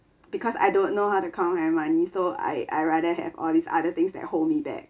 because I don't know how to count my money so I I rather have all these other things that hold me back